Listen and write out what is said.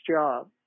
job